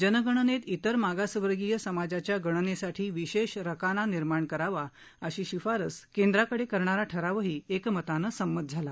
जनगणनेत इतर मागासवर्गीय समाजाच्या गणनेसाठी विशेष रकाना निर्माण करावा अशी शिफारस केंद्राकडे करणारा ठरावही एकमतानं संमत झाला